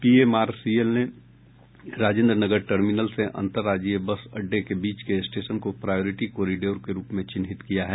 PMRCL ने Rajendra Nagar terminal से अंतर्राज्यीय बस अड्डे के बीच के स्टेशन को प्रायोरिटी कोरिडोर के रूप में चिन्हित किया है